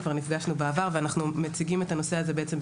כבר נפגשנו בעבר ואנחנו מציגים את הנושא הזה בעצם,